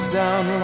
down